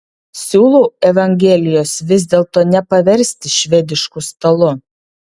siūlau evangelijos vis dėlto nepaversti švedišku stalu